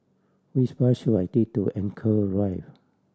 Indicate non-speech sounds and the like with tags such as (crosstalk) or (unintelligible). which bus should I take to (unintelligible) Rive